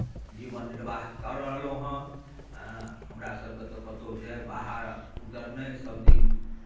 जीवन निर्वाह कऽ रहलहुँए हँ हमरासभकेँ तऽ कतहु जाय बाहर उतरनाइ सभदिन